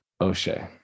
O'Shea